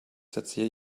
setze